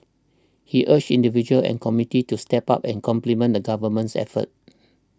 he urged individuals and the community to step up and complement the Government's efforts